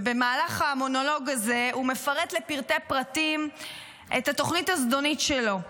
ובמהלך המונולוג הזה הוא מפרט לפרטי פרטים את התוכנית הזדונית שלו.